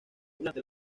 durante